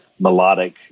melodic